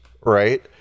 Right